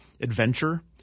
adventure